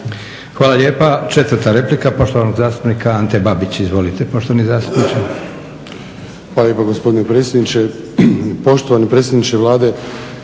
Hvala lijepa. 4.replika poštovanog zastupnika Ante Babića. Izvolite poštovani zastupniče. **Babić, Ante (HDZ)** Hvala lijepo gospodine predsjedniče. Poštovani predsjedniče Vlade,